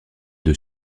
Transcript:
main